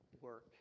work